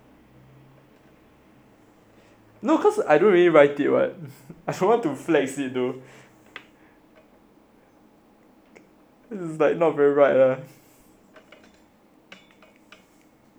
no cause I don't really write it [one] I still want to flex it though it's like not very right sia